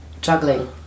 juggling